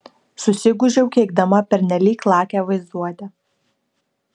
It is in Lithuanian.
susigūžiau keikdama pernelyg lakią vaizduotę